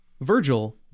Virgil